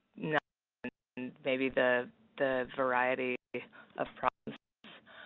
not maybe the the variety of problems.